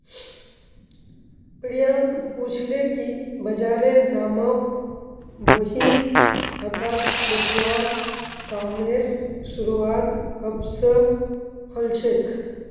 प्रियांक पूछले कि बजारेर दामक बही खातात लिखवार कामेर शुरुआत कब स हलछेक